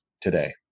today